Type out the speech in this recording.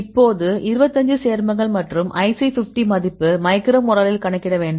இப்போது 25 சேர்மங்கள் மற்றும் IC50 மதிப்பு மைக்ரோமோலரில் கணக்கிட வேண்டும்